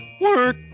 work